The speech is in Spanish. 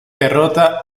derrota